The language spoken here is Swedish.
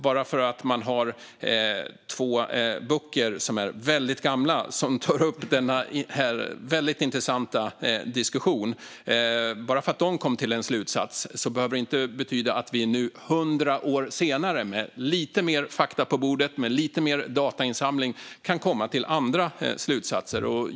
Bara för att man har två mycket gamla böcker, som tar upp denna intressanta diskussion, som kom fram till en slutsats, behöver det inte betyda att vi 100 år senare, med lite mer fakta på bordet, med lite mer datainsamling, inte kan komma till andra slutsatser.